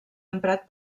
emprat